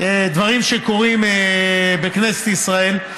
אלה דברים שקורים בכנסת ישראל.